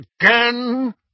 again